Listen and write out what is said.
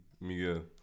Miguel